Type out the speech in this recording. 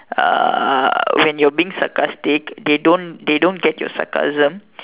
uh when you are being sarcastic they don't they don't get your sarcasm